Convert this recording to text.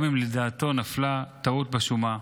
גם אם לדעתו נפלה טעות בשומה.